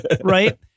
right